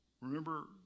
Remember